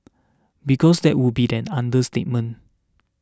because that would be an understatement